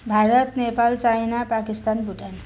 Bharat Nepal China Pakistan Bhutan